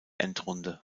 endrunde